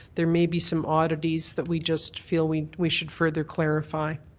there may be some oddities that we just feel we we should further clarify.